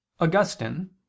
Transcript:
Augustine